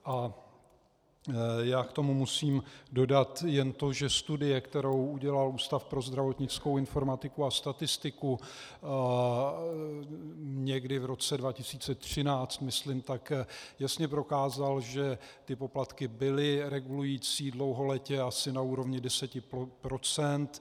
Já k tomu musím dodat jen to, že studie, kterou udělal Ústav pro zdravotnickou informatiku a statistiku někdy v roce 2013, myslím jasně prokázala, že ty poplatky byly regulující dlouholetě asi na úrovni 10 %.